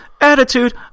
attitude